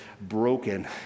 broken